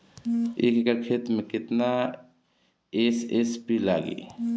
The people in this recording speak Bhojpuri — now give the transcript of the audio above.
एक एकड़ खेत मे कितना एस.एस.पी लागिल?